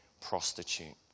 prostitute